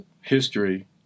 history